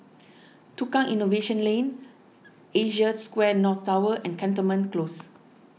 Tukang Innovation Lane Asia Square North Tower and Cantonment Close